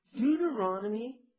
Deuteronomy